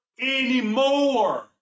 anymore